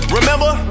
Remember